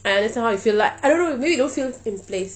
I understand how you feel like I don't know maybe you don't feel in place